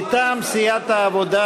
מטעם סיעת העבודה: